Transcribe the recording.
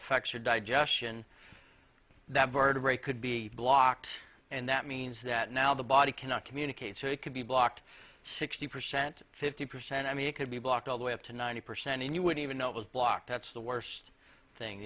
affects your digestion that vertebrae could be blocked and that means that now the body cannot communicate so it could be blocked sixty percent fifty percent i mean it could be blocked all the way up to ninety percent and you would even know it was blocked that's the worst thing